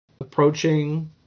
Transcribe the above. approaching